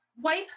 wipe